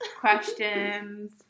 questions